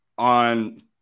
On